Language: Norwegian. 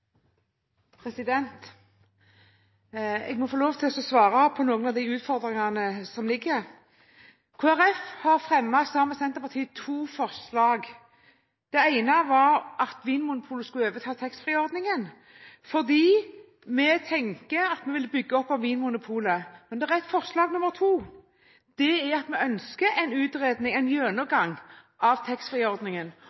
Jeg må få lov til å svare på noen av de utfordringene som ligger her. Kristelig Folkeparti har, sammen med Senterpartiet, fremmet to forslag. Det ene var at Vinmonopolet skulle overta taxfree-ordningen, fordi vi tenker at vi vil støtte opp om Vinmonopolet. Men det er et forslag nummer to. Det er at vi ønsker en